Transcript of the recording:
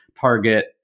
target